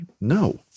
No